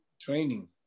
training